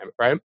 right